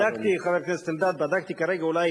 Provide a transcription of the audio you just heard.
אני בדקתי, חבר הכנסת אלדד, בדקתי כרגע, אולי